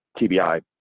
TBI